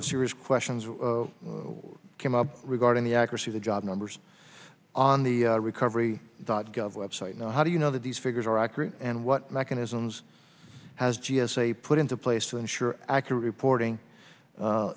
of serious questions came up regarding the accuracy the job numbers on the recovery dot gov website now how do you know that these figures are accurate and what mechanisms has g s a put into place to ensure accurate reporting